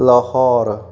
Lahore